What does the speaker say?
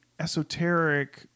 esoteric